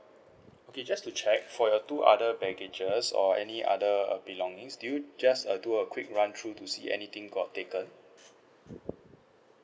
okay just to check for your two other baggages or any other belongings do you just err do a quick run through to see anything got taken